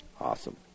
Awesome